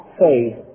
faith